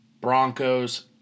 Broncos